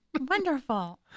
wonderful